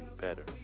better